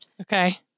Okay